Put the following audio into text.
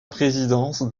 présidence